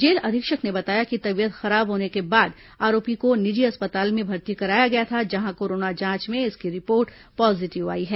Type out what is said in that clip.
jail अधीक्षक ने बताया कि तबीयत खराब होने के बाद आरोपी को निजी अस्पताल में भर्ती कराया गया था जहां कोरोना जांच में इसकी रिपोर्ट पॉजीटिव आई है